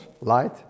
light